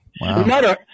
wow